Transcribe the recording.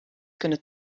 kunnen